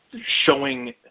showing